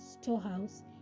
storehouse